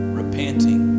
repenting